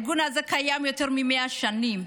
הארגון הזה קיים יותר מ-100 שנים,